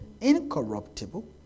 incorruptible